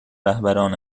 رهبران